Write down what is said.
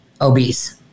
obese